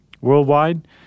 worldwide